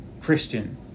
Christian